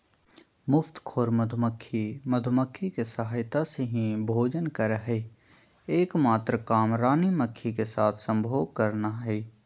मुफ्तखोर मधुमक्खी, मधुमक्खी के सहायता से ही भोजन करअ हई, एक मात्र काम रानी मक्खी के साथ संभोग करना हई